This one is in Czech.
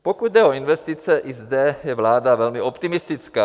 Pokud jde o investice, i zde je vláda velmi optimistická.